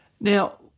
Now